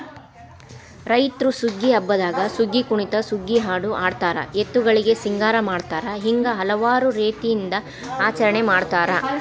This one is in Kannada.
ರೈತ್ರು ಸುಗ್ಗಿ ಹಬ್ಬದಾಗ ಸುಗ್ಗಿಕುಣಿತ ಸುಗ್ಗಿಹಾಡು ಹಾಡತಾರ ಎತ್ತುಗಳಿಗೆ ಸಿಂಗಾರ ಮಾಡತಾರ ಹಿಂಗ ಹಲವಾರು ರೇತಿಯಿಂದ ಆಚರಣೆ ಮಾಡತಾರ